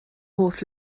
hoff